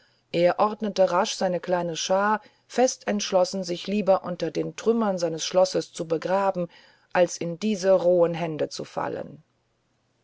er ordnete rasch seine kleine schar fest entschlossen sich lieber unter den trümmern seines schlosses zu begraben als in diese rohen hände zu fallen